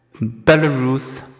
Belarus